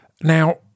Now